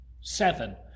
Seven